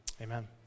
Amen